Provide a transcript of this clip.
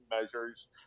measures